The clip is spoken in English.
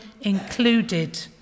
included